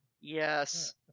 Yes